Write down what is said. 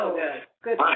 good